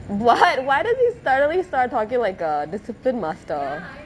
[what] why does he suddenly start talking like a discipline master